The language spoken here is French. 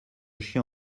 chien